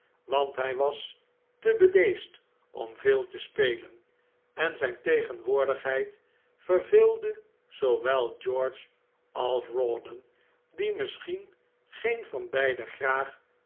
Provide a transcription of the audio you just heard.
want hij was te bedeesd om veel te spelen en zijn tegenwoordigheid verveelde zoowel george als rawdon die misschien geen van beiden graag